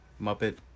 Muppet